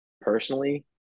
personally